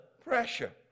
pressure